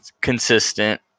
consistent